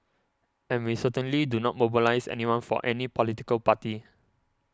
and we certainly do not mobilise anyone for any political party